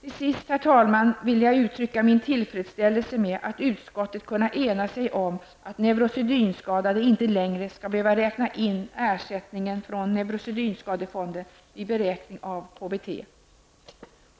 Till sist, herr talman, vill jag utttrycka min tillfredsställelse med att utskottet kunnat ena sig om att neurosedynskadade inte längre skall behöva räkna in ersättningen från neurosedynskadefonden vid beräkning av KBT.